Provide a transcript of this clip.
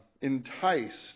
enticed